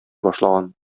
башлаган